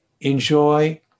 enjoy